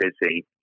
busy